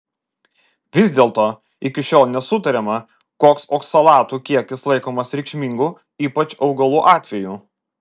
vis dėlto iki šiol nesutariama koks oksalatų kiekis laikomas reikšmingu ypač augalų atveju